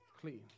clean